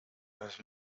las